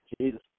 Jesus